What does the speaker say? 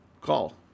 call